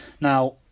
now